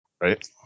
right